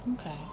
Okay